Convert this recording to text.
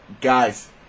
guys